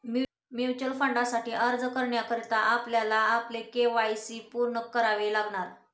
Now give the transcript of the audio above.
mutual फंडासाठी अर्ज करण्याकरता आपल्याला आपले के.वाय.सी पूर्ण करावे लागणार